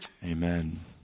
Amen